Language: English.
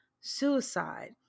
Suicide